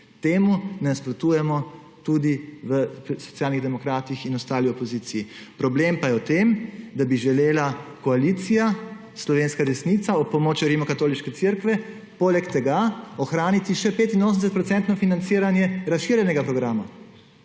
Temu ne nasprotujemo tudi v Socialnih demokratih in ostali opoziciji. Problem pa je v tem, da bi želela koalicija, slovenska desnica ob pomoči Rimskokatoliške cerkve poleg tega ohraniti še 85 % financiranje razširjenega programa,